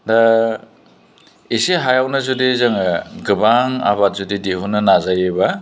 दा एसे हायावनो जुदि जोङो गोबां आबाद जुदि दिहुननो नाजायोब्ला